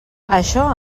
això